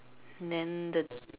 then the